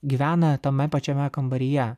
gyvena tame pačiame kambaryje